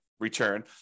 Return